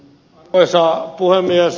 arvoisa puhemies